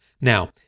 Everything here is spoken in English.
Now